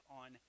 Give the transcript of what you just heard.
on